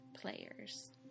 Players